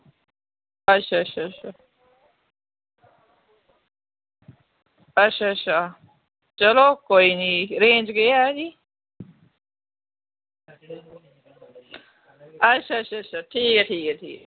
अच्छा अच्छा अच्छा अच्छा चलो कोई निं रेंज़ केह् ऐ एह्दी अच्चा अच्छा ठीक ऐ ठीक ऐ